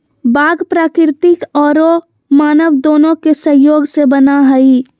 बाग प्राकृतिक औरो मानव दोनों के सहयोग से बना हइ